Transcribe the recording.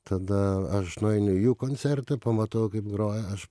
tada aš nueinu į jų koncertą pamatau kaip groja aš